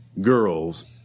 girls